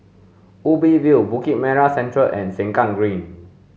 Ubi View Bukit Merah Central and Sengkang Green